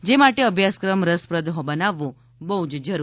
જે માટે અભ્યાસક્રમ રસપ્રદે બનાવવો બહ્ જ જરૂરી છે